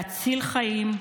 להציל חיים,